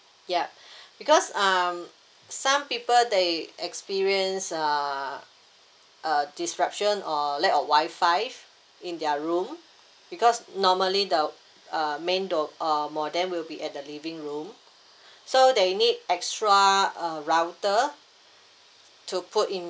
ya because um some people they experience uh uh disruption or lack of wi-fi in their room because normally the uh main mo~ uh modem will be at the living room so they need extra uh router to put in